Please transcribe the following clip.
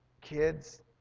kids